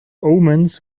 omens